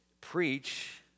Preach